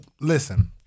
Listen